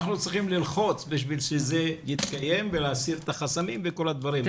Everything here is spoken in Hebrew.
אנחנו צריכים ללחוץ בשביל שזה יתקיים ולהסיר את החסמים וכל הדברים.